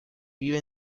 vive